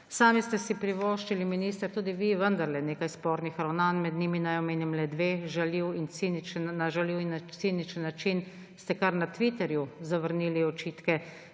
Sami ste si privoščili, minister, tudi vi, vendarle nekaj spornih ravnanj, med njim naj omenim le dve. Na žaljiv in ciničen način ste kar na Twitterju zavrnili očitke